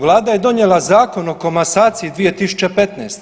Vlada je donijela Zakon o komasaciji 2015.